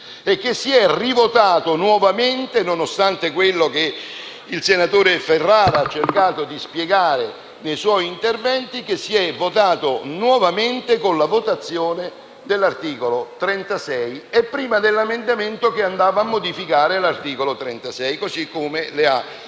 e che si è votato nuovamente - nonostante quello che il senatore Ferrara ha cercato di spiegare nei suoi interventi - con la votazione dell'articolo 36, e prima dell'emendamento che andava a modificare l'articolo 36, così come ricordato